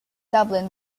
dublin